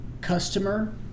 customer